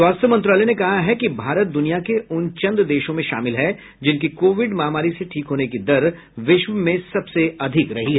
स्वास्थ्य मंत्रालय ने कहा है कि भारत दुनिया के उन चंद देशों में शामिल है जिनकी कोविड महामारी से ठीक होने की दर विश्व में सबसे अधिक रही है